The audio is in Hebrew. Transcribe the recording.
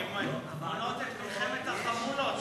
כי הן מונעות את מלחמת החמולות,